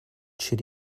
should